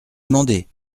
demander